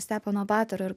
stepono batoro ir